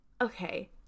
Okay